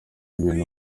ibintu